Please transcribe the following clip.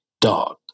Dog